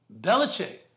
Belichick